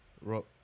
Rock